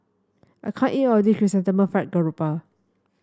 I can't eat all of this Chrysanthemum Fried Garoupa